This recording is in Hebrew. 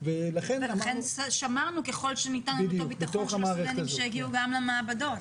ולכן שמרנו ככל שניתן על אותו ביטחון של הסטודנטים שהגיעו גם למעבדות.